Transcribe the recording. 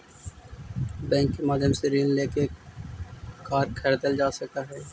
bank के माध्यम से ऋण लेके कार खरीदल जा सकऽ हइ